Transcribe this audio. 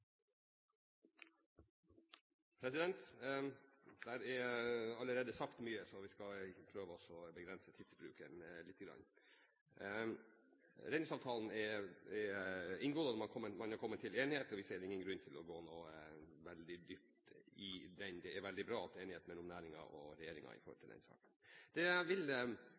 allerede sagt mye, så jeg skal prøve å begrense tidsbruken noe. Reindriftsavtalen er inngått, man er kommet til enighet, og vi ser ingen grunn til å gå så veldig dypt inn i det. Det er veldig bra at det er enighet mellom næringen og regjeringen i denne saken. Det jeg vil